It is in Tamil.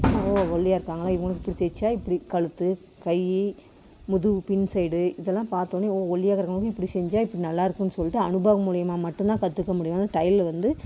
அவங்க ஒல்லியாக இருக்காங்களா இவங்களுக்கு இப்படி தைச்சா இப்படி கழுத்து கை முதுகு பின் சைடு இதெல்லாம் பார்த்தோன்னே ஓ ஒல்லியாக இருக்கிறவங்க இப்படி செஞ்சால் இப்படி நல்லா இருக்கும்னு சொல்லிட்டு அனுபவம் மூலிமா மட்டுந்தான் கற்றுக்க முடியும் டைலர் வந்து